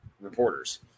reporters